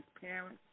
parents